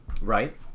Right